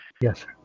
Yes